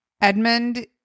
Edmund